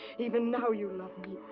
even now you love me.